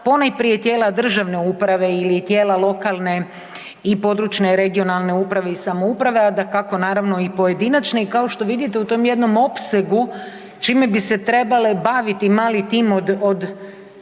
ponajprije tijela državne uprave ili tijela lokalne i područne (regionalne) uprave samouprave, a dakako naravno i pojedinačne, i kao što vidite u tom jednom opsegu čime bi se trebale baviti mali tim od